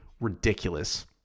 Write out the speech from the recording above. ridiculous